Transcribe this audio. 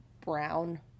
brown